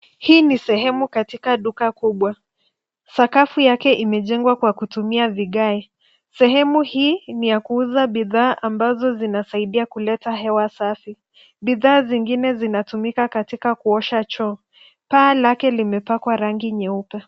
Hii ni sehemu katika duka kubwa. Sakafu yake imejengwa kwa kutumia vigae. Sehemu hii ni ya kuuza bidhaa ambazo zinasaidia kuleta hewa safi. Bidhaa zingine zinatumika katika kuosha choo. Paa lake limepakwa rangi nyeupe.